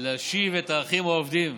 להשיב את האחים האובדים.